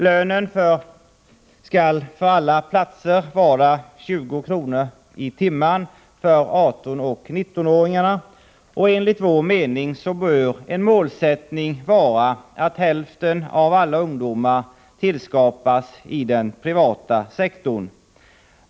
Lönen skall för alla platser vara 20 kr./tim. för 18-19-åringar. Enligt vår mening bör en målsättning vara att hälften av alla ungdomar ges arbete i den privata sektorn.